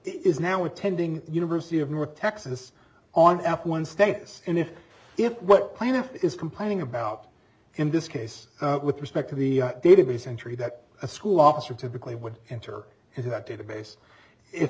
is now attending university of north texas on one status and if if what plaintiff is complaining about in this case with respect to the database entry that a school officer typically would enter into that database if